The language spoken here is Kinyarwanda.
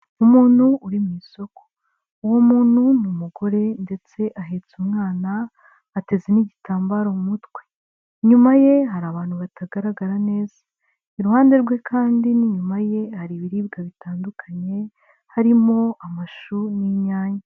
Umuntu uri mu isoko, uwo muntu ni umugore ndetse ahetse umwana, ateze n'igitambaro mu mutwe inyuma ye hari abantu batagaragara neza, iruhande rwe kandi n'inyuma ye hari ibiribwa bitandukanye harimo amashu n'inyanya.